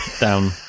down